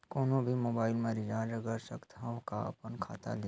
कोनो भी मोबाइल मा रिचार्ज कर सकथव का अपन खाता ले?